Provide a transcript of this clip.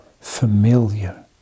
familiar